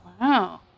wow